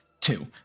Two